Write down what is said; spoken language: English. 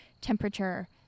Temperature